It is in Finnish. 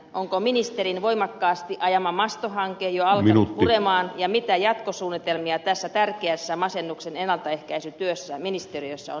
onko ministerin voimakkaasti ajama masto hanke jo alkanut purra ja mitä jatkosuunnitelmia tässä tärkeässä masennuksen ennaltaehkäisytyössä ministeriössä on suunnitelmissa